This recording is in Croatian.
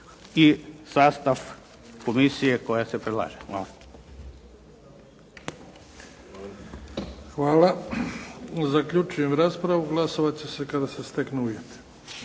i sastav komisije koja se predlaže. Hvala. **Bebić, Luka (HDZ)** Hvala. Zaključujem raspravu. Glasovat će se kada se steknu uvjeti.